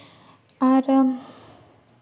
ᱟᱨ